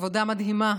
עבודה מדהימה.